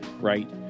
right